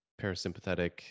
parasympathetic